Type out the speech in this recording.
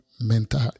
mental